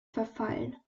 verfallen